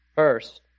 First